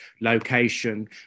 location